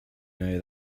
know